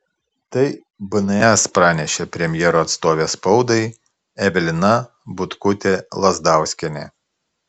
tai bns pranešė premjero atstovė spaudai evelina butkutė lazdauskienė